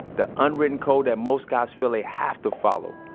the unwritten code that most guys feel they have to follow,